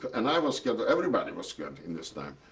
and i was scared. everybody was scared in this time.